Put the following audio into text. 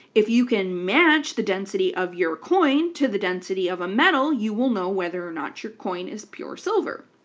if you can match the density of your coin to the density of a metal you will know whether or not your coin is pure silver.